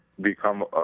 become